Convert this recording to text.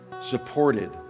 supported